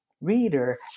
reader